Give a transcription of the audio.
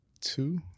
two